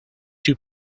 two